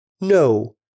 No